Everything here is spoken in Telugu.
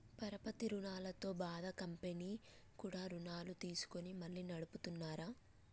పరపతి రుణాలతో బాధ కంపెనీలు కూడా రుణాలు తీసుకొని మళ్లీ నడుపుతున్నార